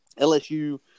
LSU